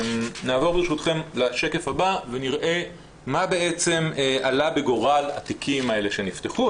נעבור ברשותכם לשקף הבא ונראה מה בעצם עלה בגורל אותם התיקים שנפתחו,